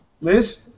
Liz